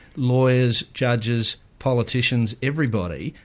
lawyers, judges, politicians, everybody,